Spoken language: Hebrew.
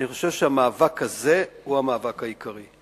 אני חושב שהמאבק הזה הוא המאבק העיקרי.